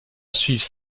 suivent